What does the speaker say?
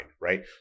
right